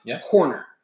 corner